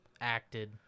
acted